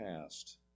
past